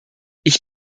ich